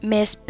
Miss